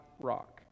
rock